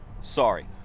sorry